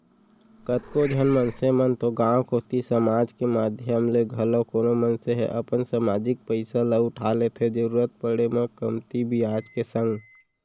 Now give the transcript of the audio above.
कतको झन मनसे मन तो गांव कोती समाज के माधियम ले घलौ कोनो मनसे ह अपन समाजिक पइसा ल उठा लेथे जरुरत पड़े म कमती बियाज के संग